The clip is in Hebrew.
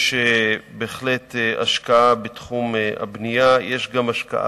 יש בהחלט השקעה בתחום הבנייה, יש גם השקעה